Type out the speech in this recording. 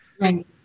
right